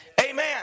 Amen